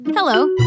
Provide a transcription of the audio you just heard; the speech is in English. Hello